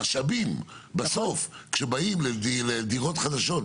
המשאבים בסוף כשבאים לדירות חדשות,